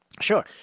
Sure